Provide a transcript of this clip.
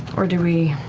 or do we